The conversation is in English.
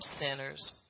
sinners